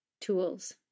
tools